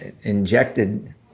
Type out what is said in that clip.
injected